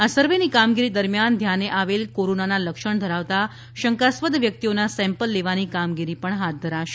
આ સર્વેની કામગીરી દરમ્યાન ધ્યાને આવેલ કોરોનાના લક્ષણ ધરાવતાં શંકાસ્પદ વ્યકિતઓનાં સેમ્પલ લેવાની કામગીરી પણ હાથ ધરાશે